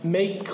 make